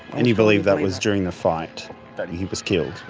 and you believe that was during the fight that he was killed?